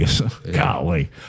Golly